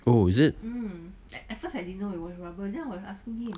oh is it